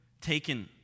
taken